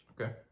Okay